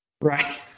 Right